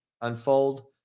unfold